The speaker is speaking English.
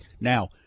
Now